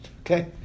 Okay